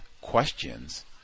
questions